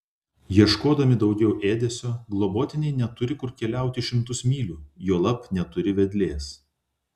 ieškodami daugiau ėdesio globotiniai neturi kur keliauti šimtus mylių juolab neturi vedlės